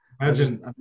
imagine